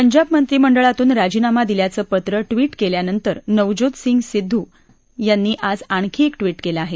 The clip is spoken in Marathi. पंजाब मंत्रीमंडळातून राजीनामा दिल्याचं पत्र ट्विट केल्यानंतर नवज्योत सिद्दू यांनी आज आणखी एक ट्विट केलं आहे